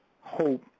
hope